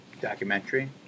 documentary